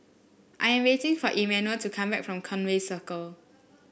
I am waiting for Emanuel to come back from Conway Circle